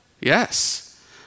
Yes